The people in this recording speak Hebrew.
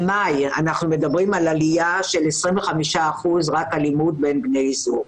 במאי אנחנו מדברים על עלייה של 25% באלימות בין בני זוג.